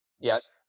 Yes